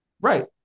Right